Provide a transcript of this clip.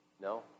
No